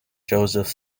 joseph